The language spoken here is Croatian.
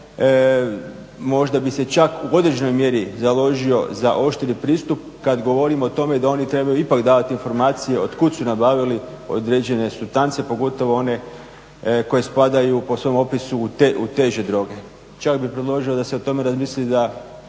možda bi se čak u određenoj mjeri založio za oštriji pristup kada govorimo o tome da oni trebaju ipak davati informaciju od kuda su nabavili određene supstance pogotovo one koji spadaju po svom opisu u teže droge. Čak bi predložio da se o tome razmisli da